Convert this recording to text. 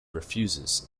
refuses